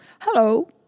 Hello